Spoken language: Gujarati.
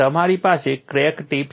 તમારી પાસે ક્રેક ટિપ છે